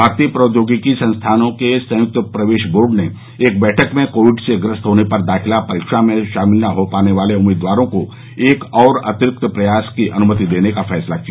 भारतीय प्रौद्योगिकी संस्थानों के संयुक्त प्रवेश बोर्ड ने एक बैठक में कोविड से ग्रस्त होने पर दाखिला परीक्षा में शामिल न हो पाने वाले उम्मीदवारों को एक और अतिरिक्त प्रयास की अनुमति देने का फैसला किया